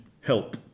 help